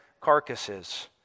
carcasses